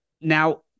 Now